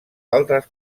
altres